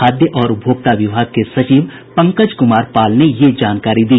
खाद्य और उपभोक्ता विभाग के सचिव पंकज कुमार पाल ने यह जानकारी दी